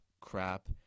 crap